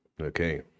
Okay